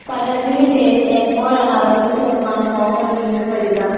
പതഞ്ജലി തേനിന് എപ്പോഴാണ് അറുപത് ശതമാനം ഓഫർ വീണ്ടും വരിക